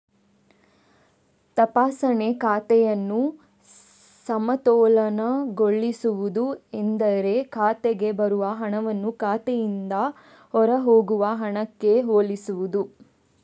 ತಪಾಸಣೆ ಖಾತೆಯನ್ನು ಸಮತೋಲನಗೊಳಿಸುವುದು ಎಂದರೆ ಖಾತೆಗೆ ಬರುವ ಹಣವನ್ನು ಖಾತೆಯಿಂದ ಹೊರಹೋಗುವ ಹಣಕ್ಕೆ ಹೋಲಿಸುವುದು